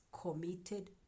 committed